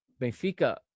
Benfica